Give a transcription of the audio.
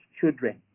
children